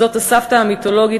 זאת הסבתא המיתולוגית,